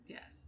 Yes